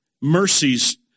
mercies